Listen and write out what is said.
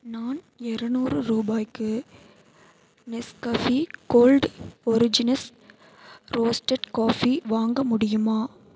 நான் இரநூறு ரூபாய்க்கு Nescafe Gold Origins roasted coffee வாங்க முடியுமா